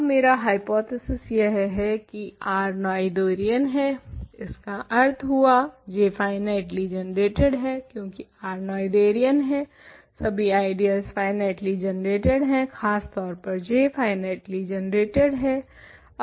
अब मेरा हाय्पोथिसिस यह है की R नोएथेरियन है इसका अर्थ हुआ J फाइनाइटली जनरेटेड है क्यूंकि R नोएथेरियन है सभी आइडियल्स फाइनाइटली जनरेटेड है खास तौर पर J फाइनाइटली जनरेटेड है